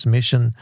Mission